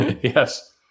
yes